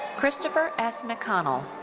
christopher s. mcconnell.